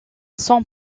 son